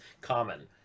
common